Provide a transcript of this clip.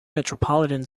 metropolitan